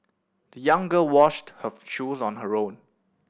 the young girl washed her shoes on her own